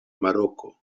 maroko